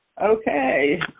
Okay